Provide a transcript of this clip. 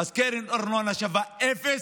אז קרן הארנונה שווה אפס,